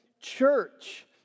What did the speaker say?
church